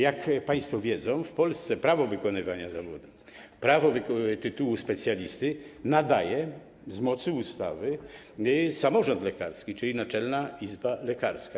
Jak państwo wiedzą, w Polsce prawo wykonywania zawodu, prawo do tytułu specjalisty nadaje z mocy ustawy samorząd lekarski, czyli Naczelna Izba Lekarska.